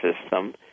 system